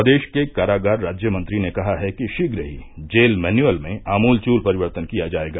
प्रदेश के कारागार राज्य मंत्री ने कहा है कि शीघ्र ही जेल मैन्युअल में आमूल चूल परिवर्तन किया जाएगा